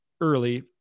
early